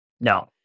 No